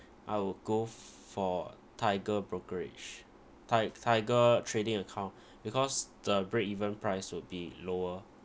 I will go for tiger brokerage tig~ tiger trading account because the break even price would be lower